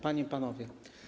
Panie i Panowie!